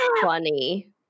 funny